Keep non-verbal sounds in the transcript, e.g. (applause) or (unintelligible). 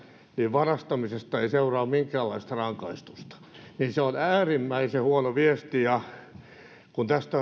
varastamisesta ei seuraa minkäänlaista rangaistusta se on äärimmäisen huono viesti kun tästä (unintelligible)